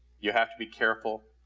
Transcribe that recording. you have to be careful,